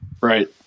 Right